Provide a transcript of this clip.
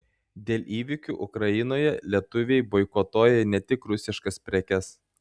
dėl įvykių ukrainoje lietuviai boikotuoja ne tik rusiškas prekes